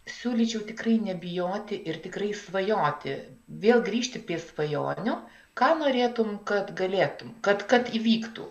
siūlyčiau tikrai nebijoti ir tikrai svajoti vėl grįžti prie svajonių ką norėtume kad galėtume kad kad įvyktų